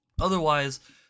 Otherwise